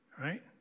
right